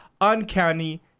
uncanny